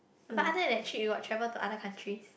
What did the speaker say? but after that trip you got travel to other countries